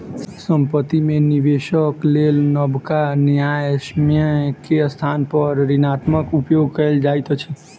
संपत्ति में निवेशक लेल नबका न्यायसम्य के स्थान पर ऋणक उपयोग कयल जाइत अछि